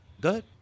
Good